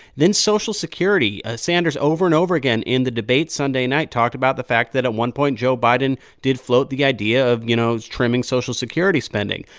then social security sanders, over and over again in the debate sunday night, talked about the fact that, at one point, joe biden did float the idea of, you know, trimming social security spending.